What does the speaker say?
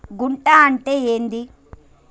గుంట అంటే ఏంది?